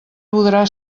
podrà